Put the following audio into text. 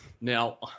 Now